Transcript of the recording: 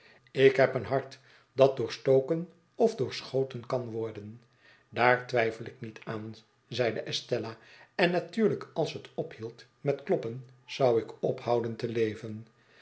ik heb een hart dat doorstoken of doorschoten kan worden daar twijfel ik niet aan zeide estella en natuurlijk als het ophield met kloppen zou ik ophouden te leven